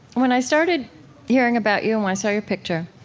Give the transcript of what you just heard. when i started hearing about you and when i saw your picture,